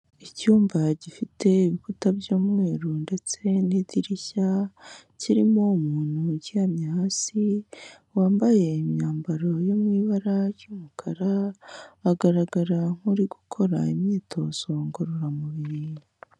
Icyumba gifite ibikuta by'umweru ndetse n'idirishya, kirimo umuntu uryamye hasi wambaye imyambaro yo mu ibara ry'umukara, agaragara nk'uri gukora imyitozo ngororamubiri.